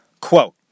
Quote